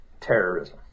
terrorism